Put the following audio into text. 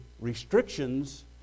restrictions